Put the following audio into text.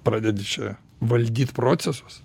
pradedi čia valdyt procesus